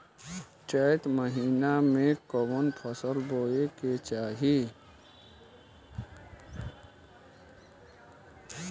चैत महीना में कवन फशल बोए के चाही?